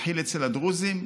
התחיל אצל הדרוזים,